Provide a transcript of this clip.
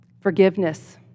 forgiveness